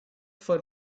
for